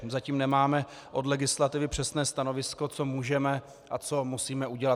Zatím nemáme od legislativy přesné stanovisko, co můžeme a co musíme udělat.